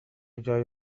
جای